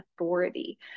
authority